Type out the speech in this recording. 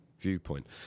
viewpoint